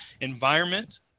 environment